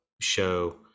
show